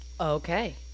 Okay